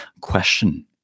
Question